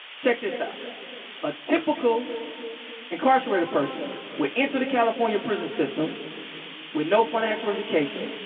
check this out a typical incarcerated person would enter the california prison system with no financial education,